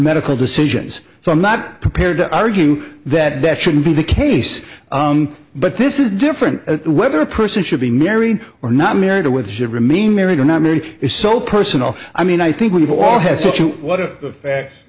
medical decisions so i'm not prepared to argue that best should be the case but this is different whether a person should be married or not married or with should remain married or not marry is so personal i mean i think we've all had such what are the facts